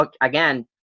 again